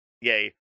yay